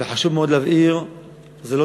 וחשוב מאוד להבהיר זאת,